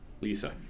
Lisa